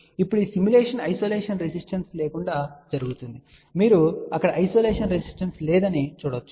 ఇప్పుడు ఈ simulation isolation resistance లేకుండా జరుగుతుంది మీరు అక్కడ న్ఐసోలేషన్ రెసిస్టెన్స్ లేదు అని చూడ వచ్చు